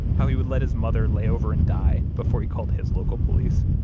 how he would let his mother lay over and die before he called his local police.